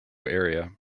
area